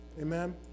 Amen